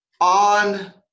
on